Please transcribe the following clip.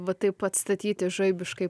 va taip atstatyti žaibiškai